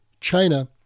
China